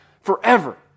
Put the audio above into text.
forever